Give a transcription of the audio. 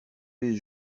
les